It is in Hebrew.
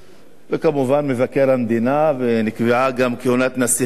וכמובן מבקר המדינה, ונקבעה גם כהונת נשיא המדינה.